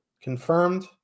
confirmed